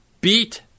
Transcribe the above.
beat